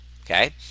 okay